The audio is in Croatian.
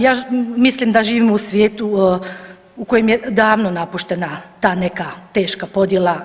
Ja mislim da živimo u svijetu u koje je davno napuštena ta neka teška podjela.